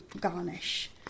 garnish